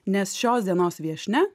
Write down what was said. nes šios dienos viešnia